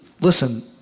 listen